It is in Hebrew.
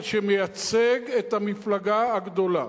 אבל שמייצג את המפלגה הגדולה.